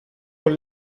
con